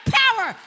power